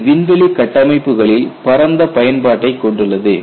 இது விண்வெளி கட்டமைப்புகளில் பரந்த பயன்பாட்டைக் கொண்டுள்ளது